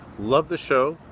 love the show.